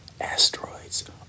Asteroids